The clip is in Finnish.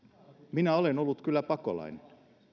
minä olen ollut kyllä pakolainen